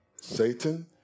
Satan